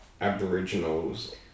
Aboriginals